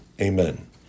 Amen